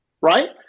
right